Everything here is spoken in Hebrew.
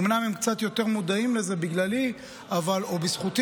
אומנם הם קצת יותר מודעים לזה בגללי או בזכותי,